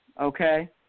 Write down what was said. okay